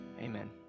amen